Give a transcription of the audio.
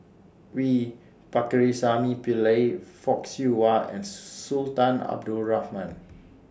V Pakirisamy Pillai Fock Siew Wah and Sultan Abdul Rahman